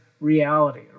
reality